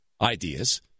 Ideas